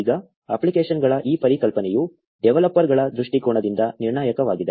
ಈಗ ಅಪ್ಲಿಕೇಶನ್ಗಳ ಈ ಪರಿಕಲ್ಪನೆಯು ಡೆವಲಪರ್ಗಳ ದೃಷ್ಟಿಕೋನದಿಂದ ನಿರ್ಣಾಯಕವಾಗಿದೆ